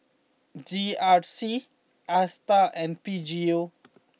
G R C Astar and P G U